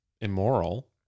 immoral